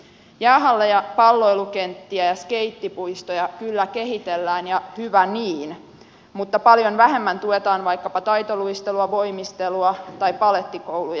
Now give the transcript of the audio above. jäähalleja palloilukenttiä ja skeittipuistoja kyllä kehitellään ja hyvä niin mutta paljon vähemmän tuetaan vaikkapa taitoluistelua voimistelua tai balettikouluja